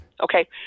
okay